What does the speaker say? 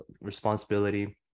responsibility